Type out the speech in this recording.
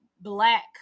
black